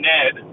Ned